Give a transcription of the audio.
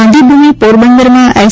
ગાંધીભૂમિ પોરબંદરમાં એસ